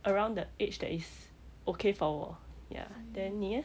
around the age that is okay for 我 ya then 你 eh